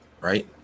right